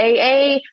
AA